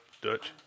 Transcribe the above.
Dutch